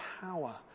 power